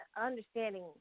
understanding